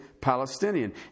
Palestinian